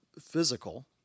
physical